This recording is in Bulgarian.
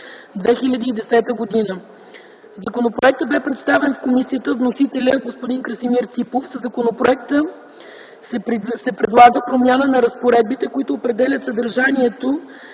2010 г. „Законопроектът бе представен в комисията от вносителя господин Красимир Ципов. Със законопроекта се предлага промяна на разпоредбите, които определят съдържанието